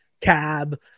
Cab